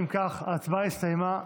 אם כך, ההצבעה הסתיימה.